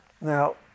Now